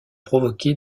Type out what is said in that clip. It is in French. provoqué